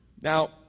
Now